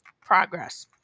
progress